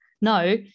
no